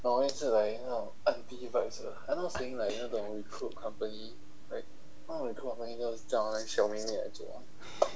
aunty